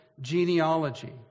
genealogy